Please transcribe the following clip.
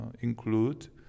include